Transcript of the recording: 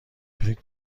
فکر